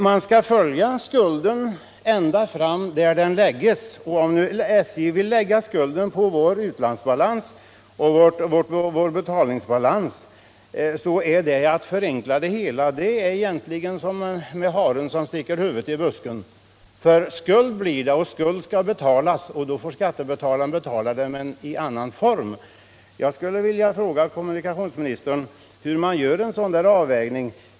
Man skall följa skulden ända fram där den läggs, och om nu SJ vill lägga skulden på vår utlandsbalans och vår betalningsbalans är det att förenkla det hela. Det är egentligen som med haren som sticker huvudet i busken. Skuld blir det och skuld skall betalas, och då får skattebetalaren betala den, men i annan form. Jag skulle vilja fråga kommunikationsministern hur man gör en sådan avvägning.